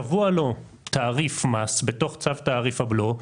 קבוע לו תעריף מס בתוך צו תעריף הבלו,